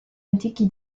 antichi